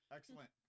Excellent